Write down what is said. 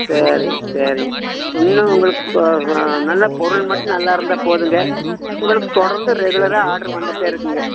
சரி சரிங்க இன்னும் உங்களுக்கு நல்ல பொருள் மட்டும் நல்லாயிருந்தா போதுங்க உங்களுக்கு தொடர்ந்து ரெகுலராக ஆட்ரு வந்துகிட்டே இருக்குங்க